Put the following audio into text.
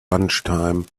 lunchtime